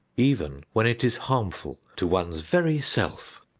even when it is harmful to one's very self.